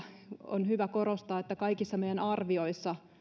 on hyvä korostaa että kaikissa meidän arvioissamme